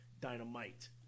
Dynamite